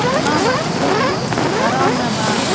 केतना लगतो ग्राममे बा